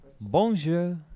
Bonjour